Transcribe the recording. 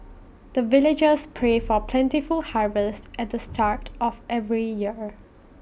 the villagers pray for plentiful harvest at the start of every year